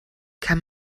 kann